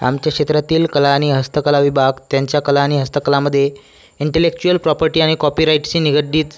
आमच्या क्षेत्रातील कला आणि हस्तकला विभाग त्यांच्या कला आणि हस्तकलामध्ये इंटेलेक्चुअल प्रॉपर्टी आणि कॉपीराइटशी निगडित